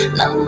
no